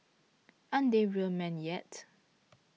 aren't they real men yet